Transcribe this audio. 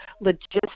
logistics